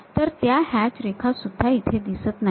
तर त्या हॅच रेखा सुद्धा इथे दिसत नाही आहेत